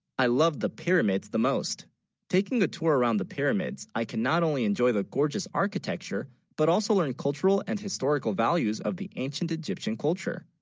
i love the pyramids the most taking the tour around the pyramids i can, not only enjoy the gorgeous architecture but also learn cultural and historical values of the ancient. egyptian, culture